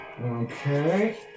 Okay